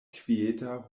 kvieta